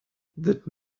that